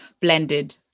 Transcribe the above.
blended